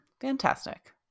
fantastic